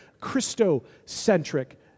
Christo-centric